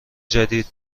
جدید